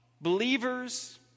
believers